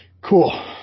Cool